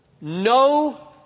no